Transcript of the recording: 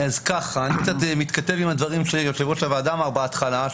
אני קצת מתכתב עם הדברים שיושב-ראש הוועדה אמר בהתחלה,